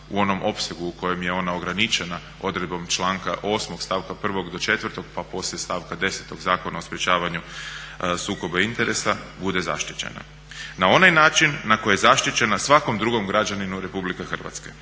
u onom opsegu u kojem je ona ograničena odredbom članka 8.stavka 1.do 4.pa poslije stavka 10. Zakona o sprječavanju sukoba interesa bude zaštićena na onaj način na koji je zaštićena svakom drugom građanina RH.